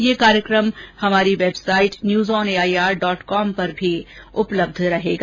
यह कार्यक्रम हमारी website news on AIR dot com पर भी उपलब्ध रहेगा